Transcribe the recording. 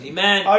Amen